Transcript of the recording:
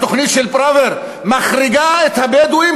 התוכנית של פראוור מחריגה את הבדואים